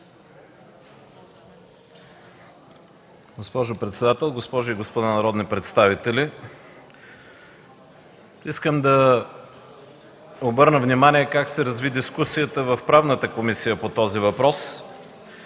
Госпожо председател, госпожи и господа народни представители! Искам да обърна внимание как се разви дискусията в Правната комисия по този въпрос.